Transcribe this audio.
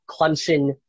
Clemson